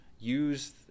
use